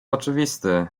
oczywisty